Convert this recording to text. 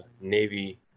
Navy